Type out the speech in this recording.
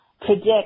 predict